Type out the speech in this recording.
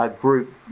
group